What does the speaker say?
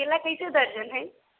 केला कैसे दर्जन हइ